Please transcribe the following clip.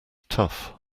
tough